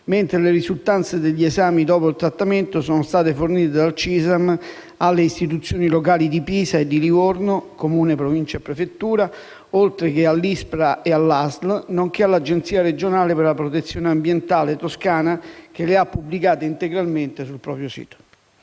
mentre le risultanze degli esami dopo il trattamento sono state fornite dal CISAM alle istituzioni locali di Pisa e di Livorno (Comune, Provincia, prefettura), oltre che all'ISPRA e all'ASL, nonché all'Agenzia regionale per la protezione ambientale Toscana che le ha pubblicate integralmente sul proprio sito.